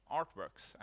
artworks